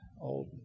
old